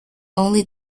only